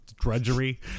drudgery